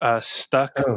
Stuck